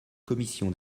commission